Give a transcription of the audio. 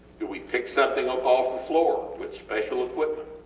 do we pick something up off the floor with special equipment?